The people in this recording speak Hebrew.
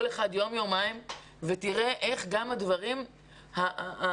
כל אחד יום-יומיים ותראה איך גם הדברים הבסיסיים,